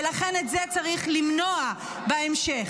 ולכן את זה צריך למנוע בהמשך.